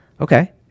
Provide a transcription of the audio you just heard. Okay